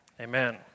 Amen